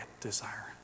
desire